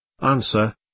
Answer